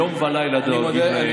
יום ולילה דואגים להם.